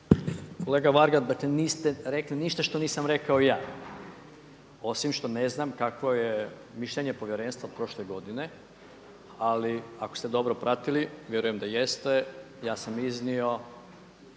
Kolega Varga dakle niste rekli ništa što nisam rekao i ja osim što ne znam kakvo je mišljenje Povjerenstva od prošle godine ali ako ste dobro pratili, vjerujem da jeste, ja sam iznio